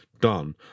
done